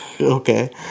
Okay